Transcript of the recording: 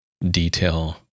detail